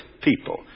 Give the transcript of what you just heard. people